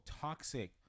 toxic